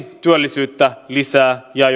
työllisyyttä ja